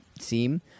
seem